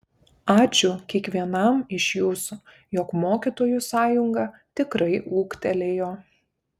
ačiū kiekvienam iš jūsų jog mokytojų sąjunga tikrai ūgtelėjo